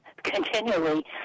continually